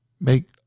make